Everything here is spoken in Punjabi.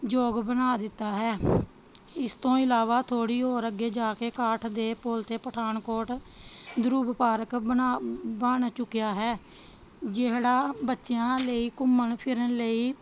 ਯੋਗ ਬਣਾ ਦਿੱਤਾ ਹੈ ਇਸ ਤੋਂ ਇਲਾਵਾ ਥੋੜ੍ਹੀ ਹੋਰ ਅੱਗੇ ਜਾ ਕੇ ਕਾਠ ਦੇ ਪੁੱਲ 'ਤੇ ਪਠਾਨਕੋਟ ਦਰੂਵ ਪਾਰਕ ਬਣਾ ਬਣ ਚੁੱਕਿਆ ਹੈ ਜਿਹੜਾ ਬੱਚਿਆਂ ਲਈ ਘੁੰਮਣ ਫਿਰਨ ਲਈ